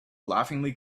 laughingly